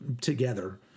together